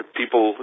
people